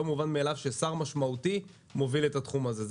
לא מובן מאליו ששר משמעותי מוביל את התחום הזה.